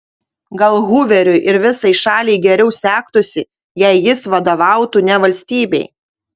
gal huveriui ir visai šaliai geriau sektųsi jei jis vadovautų ne valstybei